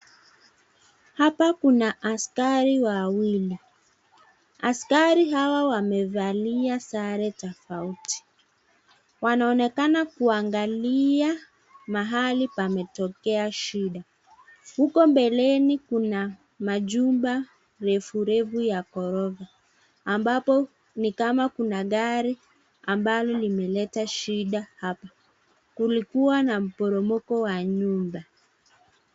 Hapa kuna askari wawili. Askari hawa wamevalia sare tofauti. Wanaonekana kuangalia mahali pametokea shida. Huko mbeleni kuna majumba refu refu ya ghorofa, ambapo ni kama kuna gari ambalo limeleta shida hapa. Kulikuwa na mporomoko wa nyumba.